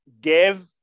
give